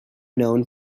known